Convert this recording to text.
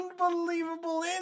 unbelievable